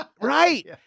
right